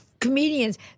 comedians